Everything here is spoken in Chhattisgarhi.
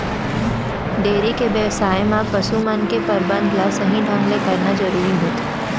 डेयरी के बेवसाय म पसु मन के परबंध ल सही ढंग ले करना जरूरी होथे